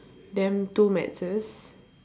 then two maths